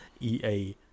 ea